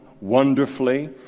wonderfully